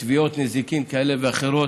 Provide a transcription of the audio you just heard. לתביעות נזיקין כאלה ואחרות.